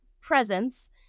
presence